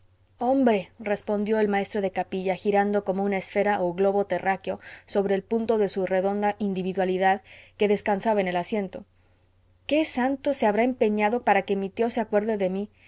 hombre respondió el maestro de capilla girando como una esfera o globo terráqueo sobre el punto de su redonda individualidad que descansaba en el asiento qué santo se habrá empeñado para que mi tío se acuerde de mí